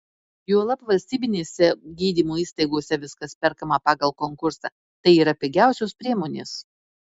juolab valstybinėse gydymo įstaigose viskas perkama pagal konkursą tai yra pigiausios priemonės